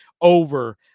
over